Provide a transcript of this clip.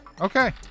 Okay